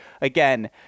again